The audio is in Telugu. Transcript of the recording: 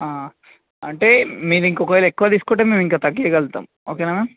అంటే మీరు ఇంకొకవేళ ఎక్కువ తీసుకుంటే మేము ఇంకా తగించగలుగుతాం ఓకేనా